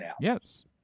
Yes